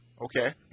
Okay